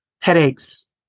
Headaches